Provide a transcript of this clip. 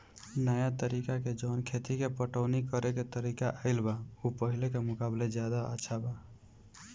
नाया तरह के जवन खेत के पटवनी करेके तरीका आईल बा उ पाहिले के मुकाबले ज्यादा अच्छा बा